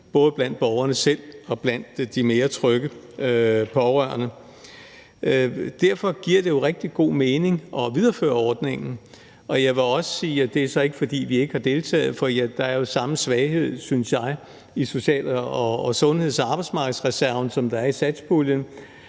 både blandt borgerne selv og blandt de mere trygge pårørende. Derfor giver det jo rigtig god mening at videreføre ordningen, og jeg vil jo også sige – og det er så ikke, fordi vi ikke har deltaget – at jeg synes, der er den samme svaghed i social-, sundheds- og arbejdsmarkedsreserven, som der er i satspuljen,